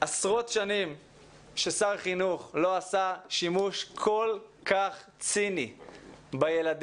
עשרות שנים ששר חינוך לא עשה שימוש כל כך ציני בילדים,